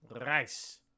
Rice